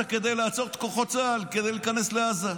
כדי לעצור את כוחות צה"ל מלהיכנס לעזה.